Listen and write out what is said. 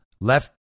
left